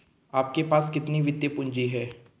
आपके पास कितनी वित्तीय पूँजी है?